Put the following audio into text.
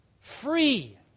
Free